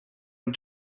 and